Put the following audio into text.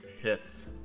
Hits